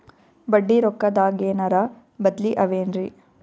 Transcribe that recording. ಬಡ್ಡಿ ರೊಕ್ಕದಾಗೇನರ ಬದ್ಲೀ ಅವೇನ್ರಿ?